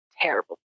Terrible